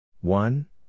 One